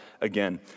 again